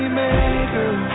maker